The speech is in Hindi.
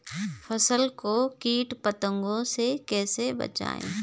फसल को कीट पतंगों से कैसे बचाएं?